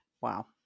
Wow